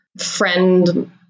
friend